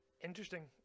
Interesting